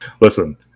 Listen